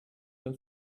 dem